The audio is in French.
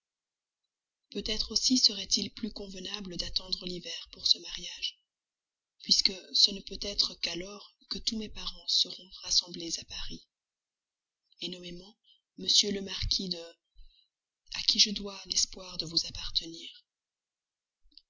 peut-être aussi serait-il plus convenable d'attendre l'hiver pour ce mariage puisque ce ne peut être qu'alors que tous mes parents seront rassemblés à paris nommément m le marquis de à qui je dois l'espoir de vous appartenir